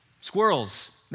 Squirrels